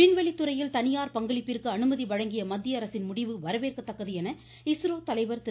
விண்வெளி துறையில் தனியார் பங்களிப்பிற்கு அனுமதி வழங்கிய மத்திய அரசின் முடிவு வரவேற்கத்தக்கது என இஸ்ரோ தலைவர் திரு